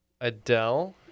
Adele